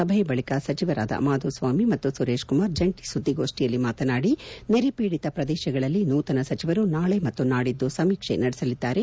ಸಭೆಯ ಬಳಕ ಸಚಿವರಾದ ಮಾಧುಸ್ವಾಮಿ ಮತ್ತು ಸುರೇಶ್ ಕುಮಾರ್ ಜಂಟಿ ಸುದ್ದಿಗೋಷ್ಠಿಯಲ್ಲಿ ಮಾತನಾಡಿ ನೆರೆಪೀಡಿತ ಪ್ರದೇಶಗಳಲ್ಲಿ ನೂತನ ಸಚಿವರು ನಾಳೆ ಮತ್ತು ನಾಡಿದ್ದು ಸಮೀಕ್ಷೆ ನಡೆಸಲಿದ್ದಾರೆ